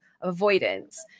avoidance